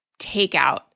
takeout